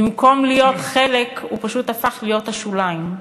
במקום להיות חלק הוא פשוט הפך להיות השוליים.